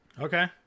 Okay